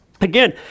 Again